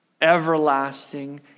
everlasting